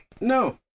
No